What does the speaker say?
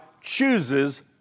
chooses